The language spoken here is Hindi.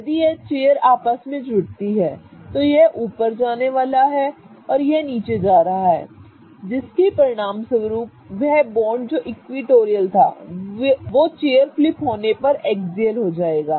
यदि यह चेयर आपस में जुड़ती है तो यह ऊपर जाने वाला है और यह नीचे जा रहा है जिसके परिणामस्वरूप वह बॉन्ड जो इक्विटोरियल था वो चेयर फ्लिप होने पर एक्सियल हो जाएगा